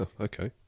Okay